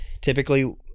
typically